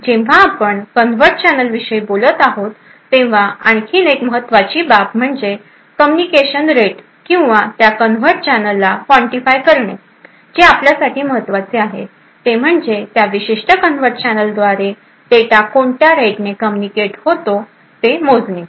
जेव्हा आपण कन्वर्ट चॅनेलविषयी बोलत आहोत तेव्हा आणखी एक महत्वाची बाब म्हणजे कम्युनिकेशन रेट किंवा त्या कन्वर्ट चॅनेलला कॉन्टिफाय करणे जे आपल्यासाठी महत्वाचे आहे ते म्हणजे त्या विशिष्ट कन्वर्ट चॅनेलद्वारे डेटा कोणत्या रेटने कम्युनिकेट होत आहे तो मोजणे